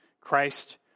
Christ